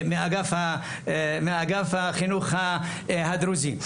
מאגף החינוך הדרוזי.